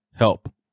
Help